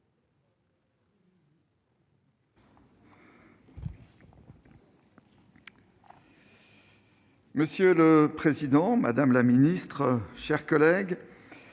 Monsieur le président, madame la ministre, mes chers collègues,